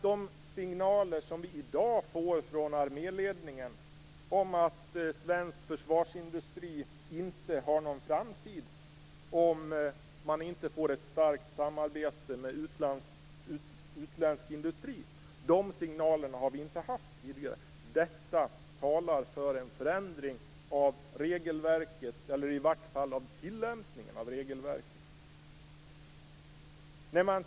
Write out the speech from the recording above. De signaler som vi i dag får från arméledningen om att svensk försvarsindustri inte har någon framtid om det inte blir ett starkt samarbete med utländsk industri har inte funnits tidigare. Detta talar för en förändring av regelverket, eller i varje fall av tilllämpningen av regelverket.